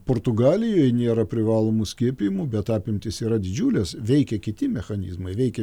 portugalijoj nėra privalomų skiepijimų bet apimtys yra didžiulės veikia kiti mechanizmai veikia